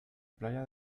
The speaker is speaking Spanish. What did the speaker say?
playa